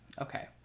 okay